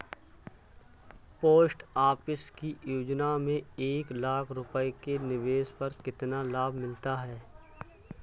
Post office की योजना में एक लाख रूपए के निवेश पर कितना लाभ मिलता है?